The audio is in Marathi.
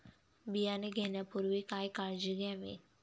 बियाणे घेण्यापूर्वी काय काळजी घ्यावी?